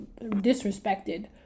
disrespected